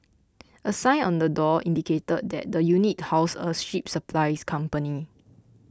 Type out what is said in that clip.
a sign on the door indicated that the unit housed a ship supplies company